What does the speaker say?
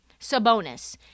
Sabonis